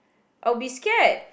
I'll be scared